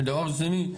ודבר שני,